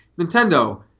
Nintendo